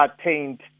attained